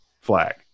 Flag